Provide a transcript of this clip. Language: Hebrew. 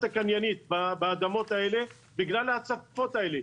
הקניינית באדמות האלה בגלל ההצפות האלה.